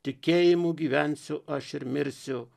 tikėjimu gyvensiu aš ir mirsiu